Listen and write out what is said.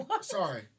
Sorry